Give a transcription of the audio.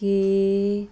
K